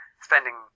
Spending